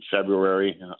February